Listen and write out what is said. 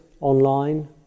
online